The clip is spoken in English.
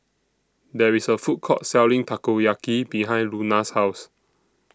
There IS A Food Court Selling Takoyaki behind Luna's House